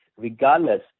regardless